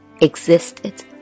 existed